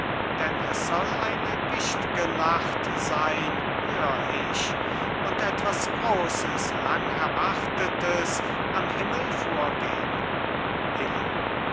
denn soll es eine wichtige nacht sein hör ich und etwas großes langerwartetes am himmel vorgehn illo